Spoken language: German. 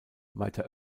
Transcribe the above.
weiter